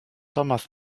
thomas